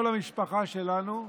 כל המשפחה שלנו כולה,